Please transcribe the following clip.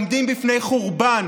עומדים בפני חורבן,